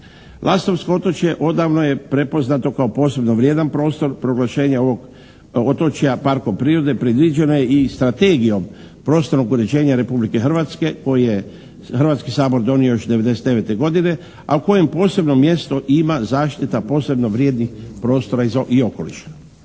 Lastovsko otočje odavno je prepoznato kao posebno vrijedan prostor, proglašenje ovog otočja parkom prirode predviđeno je i strategijom prostornog uređenja Republike Hrvatske koje je Hrvatski sabor donio još '99. godine a u kojem posebno mjesto ima zaštita posebno vrijednih prostora i okoliša.